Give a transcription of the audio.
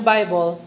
Bible